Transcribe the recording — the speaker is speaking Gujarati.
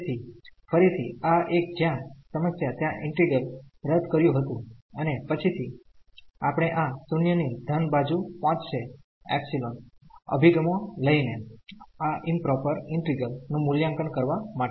તેથી ફરીથી આ એક જ્યાં સમસ્યા ત્યાં ઈન્ટિગ્રલ રદ કર્યુ હતું અને પછીથી આપણે આ 0 ની ધન બાજુ પોચશે એપ્સીલોન અભિગમો લઈને આ ઈમપ્રોપર ઈન્ટિગ્રલ નું મૂલ્યાંકન કરવા માટે